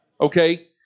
Okay